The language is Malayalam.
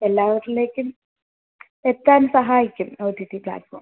എല്ലാവരിലേക്കും എത്താൻ സഹായിക്കും ഒ ടി ടി പ്ലാറ്റ്ഫോം